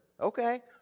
Okay